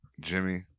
jimmy